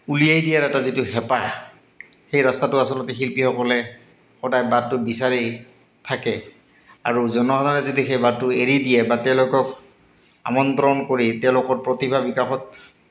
উলিয়াই দিয়াৰ এটা যিটো হেঁপাহ সেই ৰাস্তাটো আচলতে শিল্পীসকলে সদায় বাটটো বিচাৰি থাকে আৰু জনসাধাৰণে যদি সেই বাটটো এৰি দিয়ে বা তেওঁলোকক আমন্ত্ৰণ কৰি তেওঁলোকৰ প্ৰতিভা বিকাশত